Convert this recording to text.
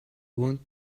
want